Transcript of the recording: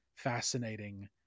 Fascinating